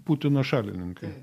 putino šalininkai